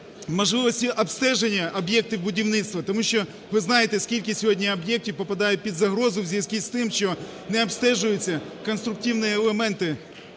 можливості обстеження об'єктів будівництва. Тому що ви знаєте, скільки сьогодні об'єктів підпадають під загрозу в зв'язку з тим, що не обстежуються конструктивні елементи